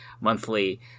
monthly